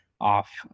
off